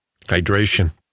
Hydration